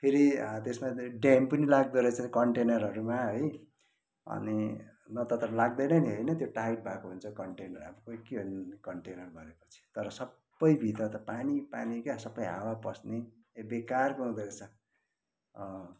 फेरि त्यसमा त ड्याम पनि लाग्दा रहेछ कन्टेनरहरूमा है अनि नत्र त लाग्दैन नि होइन त्यो टाइट भएको हुन्छ कन्टेनर अब कोई के कन्टेनर भनेपछि तर सबै भित्र त पानी पानी क्या हावा पस्ने बेकारको हुँदो रहेछ अँ